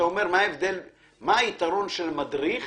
מה היתרון של מדריך